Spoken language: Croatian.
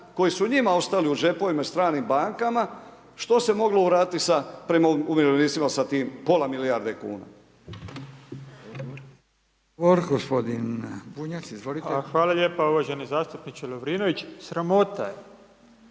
koje su njima ostali u džepovima i stranim bankama, što se moglo uraditi sa tim, prema umirovljenicima sa tim pola milijarde kuna?